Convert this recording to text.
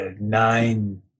nine